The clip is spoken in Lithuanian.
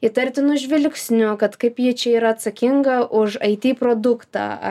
įtartinu žvilgsniu kad kaip ji čia yra atsakinga už it produktą